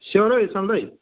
सेवारो है साइँला दाइ